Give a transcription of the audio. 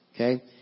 okay